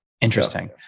Interesting